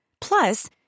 Plus